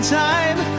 time